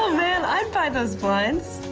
man, i'd buy those blinds.